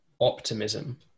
Optimism